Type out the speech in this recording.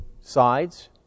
sides